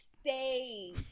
stay